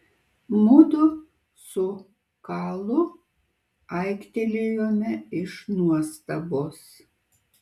mudu su kalu aiktelėjome iš nuostabos